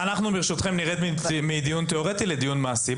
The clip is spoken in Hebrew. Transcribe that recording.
ברשותכם נרד מדיון תיאורטי לדיון מעשי.